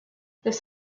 this